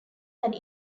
had